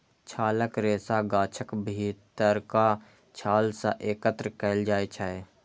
छालक रेशा गाछक भीतरका छाल सं एकत्र कैल जाइ छै